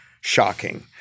shocking